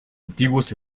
antiguos